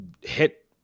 hit